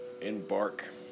embark